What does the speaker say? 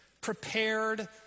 prepared